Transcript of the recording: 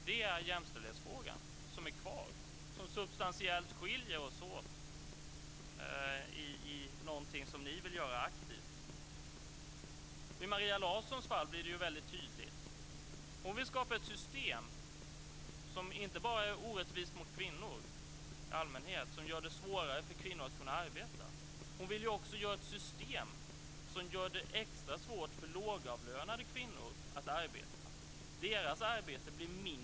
Det är den jämställdhetsfråga som är kvar, som substantiellt skiljer oss åt och är något som ni vill göra aktivt. I Maria Larssons fall blir det väldigt tydligt. Hon vill skapa ett system som inte bara är orättvist mot kvinnor i allmänhet och gör det svårare för kvinnor att kunna arbeta. Hon vill också göra ett system som gör det extra svårt för lågavlönade kvinnor att arbeta.